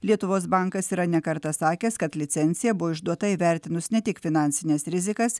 lietuvos bankas yra ne kartą sakęs kad licencija buvo išduota įvertinus ne tik finansines rizikas